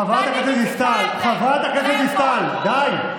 חברת הכנסת דיסטל, די.